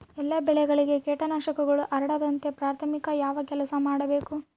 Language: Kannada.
ಎಲ್ಲ ಬೆಳೆಗಳಿಗೆ ಕೇಟನಾಶಕಗಳು ಹರಡದಂತೆ ಪ್ರಾಥಮಿಕ ಯಾವ ಕೆಲಸ ಮಾಡಬೇಕು?